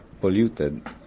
polluted